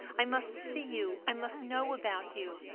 i must see you. i must know about you.